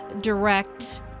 direct